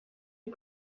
mit